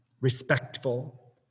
respectful